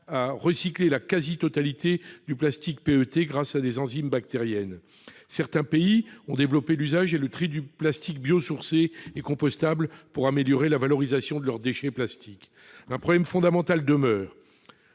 à recycler la quasi totalité du plastique P. E. T. grâce à des enzymes bactériennes, certains pays ont développé l'usage et le tri du plastique bio-sourcées et compostable pour améliorer la valorisation de leurs déchets plastiques un problème fondamental demeure